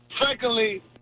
Secondly